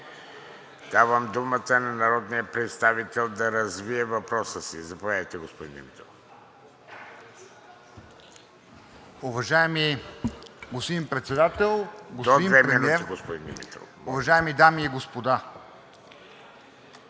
Давам думата на народния представител да развие въпроса си. Заповядайте, господин Димитров.